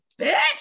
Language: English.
bitch